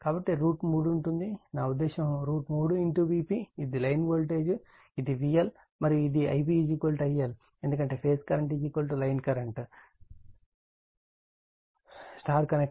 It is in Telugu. కాబట్టి √ 3 ఉంటుంది నా ఉద్దేశ్యం √ 3 Vp లైన్ వోల్టేజ్ ఇది VL మరియు ఇది I p IL ఎందుకంటే phase current line current star connect load